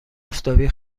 آفتابی